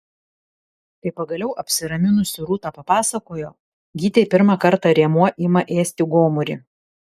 kai pagaliau apsiraminusi rūta papasakojo gytei pirmą kartą rėmuo ima ėsti gomurį